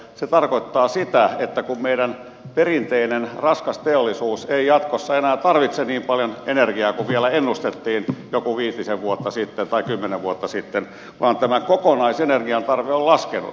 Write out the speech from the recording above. se tarkoittaa sitä että kun meidän perinteinen raskas teollisuus ei jatkossa enää tarvitse niin paljon energiaa kuin vielä ennustettiin joku viitisen vuotta sitten tai kymmenen vuotta sitten vaan tämä kokonaisenergian tarve on laskenut